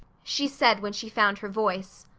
she said when she found her voice.